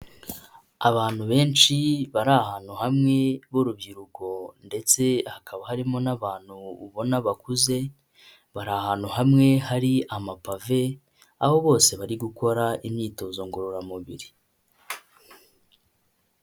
Abantu benshi bari ahantu hamwe b'urubyiruko ndetse hakaba harimo n'abantu ubona bakuze, bari ahantu hamwe hari amapave aho bose bari gukora imyitozo ngororamubiri.